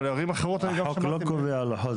אבל ערים אחרות --- החוק לא קובע לוחות